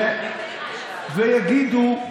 ויגידו: